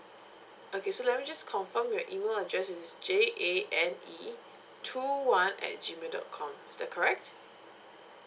okay so let me just confirm your email address is J A N E two one at G mail dot com is that correct